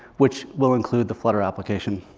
which will include the flutter application.